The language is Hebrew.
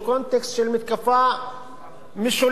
הוא קונטקסט של מתקפה משולשת,